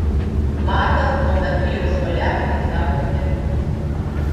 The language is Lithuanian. matas tuo metu jau šuoliavo į savo slėptuvę